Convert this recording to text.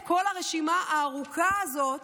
את כל הרשימה הארוכה הזאת